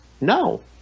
No